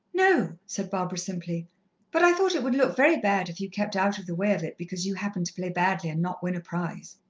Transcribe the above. no, said barbara simply but i thought it would look very bad if you kept out of the way of it because you happened to play badly and not win a prize.